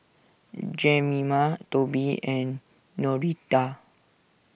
Jemima Toby and Noretta